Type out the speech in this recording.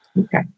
Okay